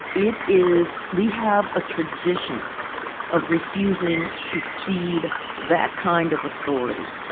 it is. we have a tradition of refusing to cede that kind of authority